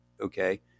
Okay